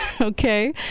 Okay